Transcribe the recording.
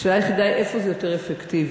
השאלה היחידה היא איפה זה יותר אפקטיבי.